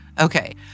okay